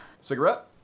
cigarette